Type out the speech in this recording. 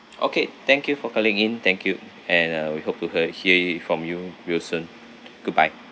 okay thank you for calling in thank you and uh we hope to her hear it from you real soon goodbye